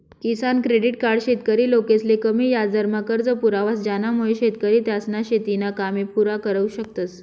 किसान credit card शेतकरी लोकसले कमी याजदरमा कर्ज पुरावस ज्यानामुये शेतकरी त्यासना शेतीना कामे पुरा करु शकतस